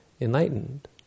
enlightened